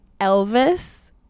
Elvis